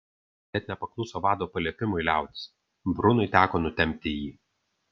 net nepakluso vado paliepimui liautis brunui teko nutempti jį